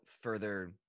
further